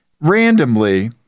randomly